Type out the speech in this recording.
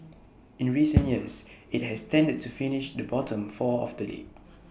in recent years IT has tended to finish the bottom four of the league